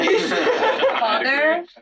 Father